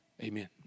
Amen